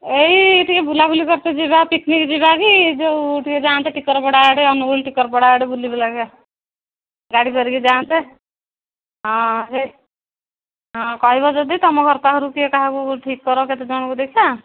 ଏଇ ଟିକେ ବୁଲାବୁଲି କରିତେ ଯିବା ପିକ୍ନିକ୍ ଯିବା କି ଯେଉଁ ଟିକେ ଯାଆନ୍ତେ ଟିକରପଡ଼ା ଆଡ଼େ ଅନୁଗୁଳ ଟିକରପଡ଼ା ଆଡ଼େ ବୁଲି ବୁଲାକି ଗାଡ଼ି କରିକି ଯାଆନ୍ତେ ହଁ ସେ ହଁ କହିବ ଯଦି ତମ ଘର ପାଖରୁ କିଏ କାହାକୁ ଠିକ୍ କର କେତେ ଜଣଙ୍କୁ ଦେଖା